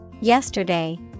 Yesterday